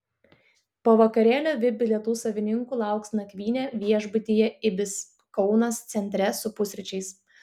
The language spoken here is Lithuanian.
po vakarėlio vip bilietų savininkų lauks nakvynė viešbutyje ibis kaunas centre su pusryčiais